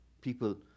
People